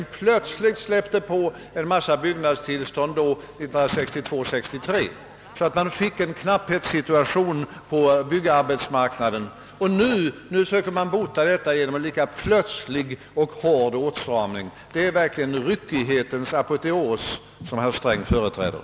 Jo, plötsligt släpptes det fram en massa byggnadstillstånd 1962 och 1963, så att man fick en knapphetssituation på byggarbetsmarknaden. Nu försöker man bota detta genom en lika plötslig och hård åtstramning. Det är verkligen ryckig hetens apoteos som herr Sträng företräder.